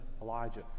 Elijah